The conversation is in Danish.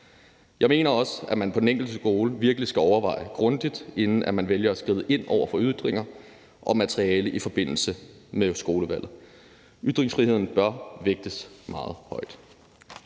Jeg mener også, at man på den enkelte skole virkelig skal overveje det grundigt, inden man vælger at skride ind over for ytringer og materiale i forbindelse med skolevalget. Ytringsfriheden bør vægtes meget højt.